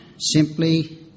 simply